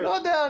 לא יודע.